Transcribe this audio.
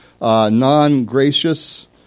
non-gracious